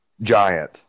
giant